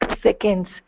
seconds